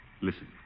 listen